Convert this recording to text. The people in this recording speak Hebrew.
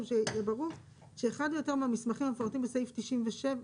שיהיה ברור שאחד או יותר מהמסכים המפורטים בסעיף 97,